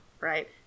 right